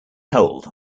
hold